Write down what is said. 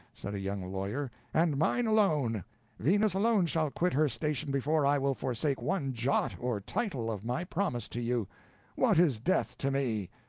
said a young lawyer, and mine alone venus alone shall quit her station before i will forsake one jot or tittle of my promise to you what is death to me?